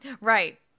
Right